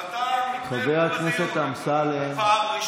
גם אתה משתתף פה בדיון?